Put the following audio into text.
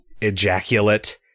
ejaculate